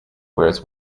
whereas